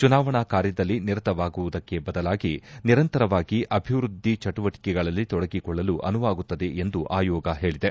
ಚುನಾವಣಾ ಕಾರ್ಯದಲ್ಲಿ ನಿರತವಾಗುವುದಕ್ಕೆ ಬದಲಾಗಿ ನಿರಂತರವಾಗಿ ಅಭಿವೃದ್ದಿ ಚಟವಟಿಕೆಗಳಲ್ಲಿ ತೊಡಗಿಕೊಳ್ಳಲು ಅನುವಾಗುತ್ತದೆ ಎಂದು ಆಯೋಗ ಹೇಳಿದೆ